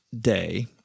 day